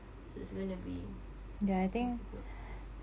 so it's going to be difficult